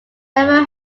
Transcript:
never